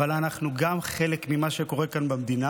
אבל אנחנו גם חלק ממה שקורה כאן במדינה.